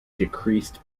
decreased